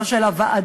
לא של הוועדות.